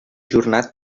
ajornat